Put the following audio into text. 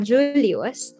Julius